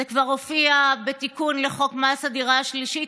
זה כבר הופיע בתיקון לחוק מס הדירה השלישית.